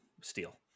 steel